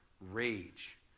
rage